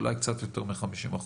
אולי קצת יותר מ-50%.